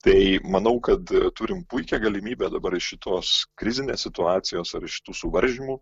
tai manau kad turim puikią galimybę dabar iš šitos krizinės situacijos ar šitų suvaržymų